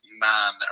man